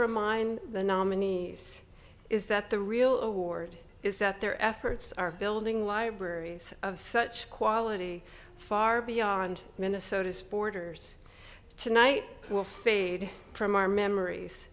remind the nominees is that the real award is that their efforts are building libraries of such quality far beyond minnesota's borders tonight will fade from our memories